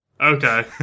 Okay